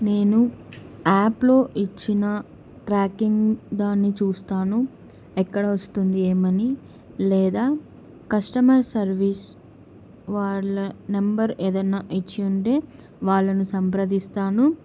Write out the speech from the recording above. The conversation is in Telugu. నేను యాప్లో ఇచ్చిన ట్రాకింగ్ దాన్ని చూస్తాను ఎక్కడ వస్తుంది ఏమని లేదా కస్టమర్ సర్వీస్ వాళ్ళ నెంబర్ ఏదన్నా ఇచ్చి ఉంటే వాళ్ళను సంప్రదిస్తాను